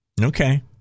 okay